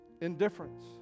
indifference